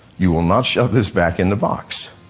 you will not shove this back in the box.